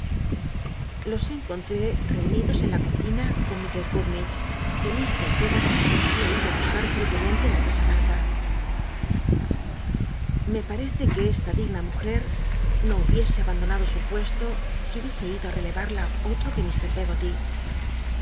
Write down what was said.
los encon tré reunidos en la cocina con mistress gummídgc que llr peggoty había ido ti buscar prclviamente ú in casa barca me parccc que csla digna mujer no hubiese abandonado su puesto si hubiese ido i relevada otr'o que mr pcggoty